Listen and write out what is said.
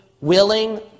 willing